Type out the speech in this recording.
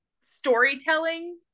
storytelling